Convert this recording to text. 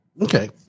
Okay